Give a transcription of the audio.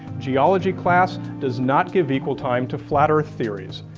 geology class does not give equal time to flat earth theories.